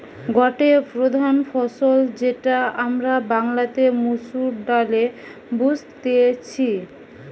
গটে প্রধান ফসল যেটা আমরা বাংলাতে মসুর ডালে বুঝতেছি